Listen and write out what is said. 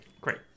Great